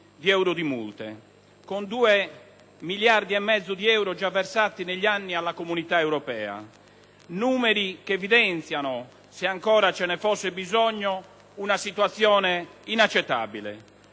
di euro di multe, con 2 miliardi e mezzo di euro già versati negli anni alla Comunità europea. Sono numeri che evidenziano, se ancora ve ne fosse bisogno, una situazione inaccettabile.